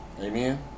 Amen